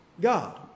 God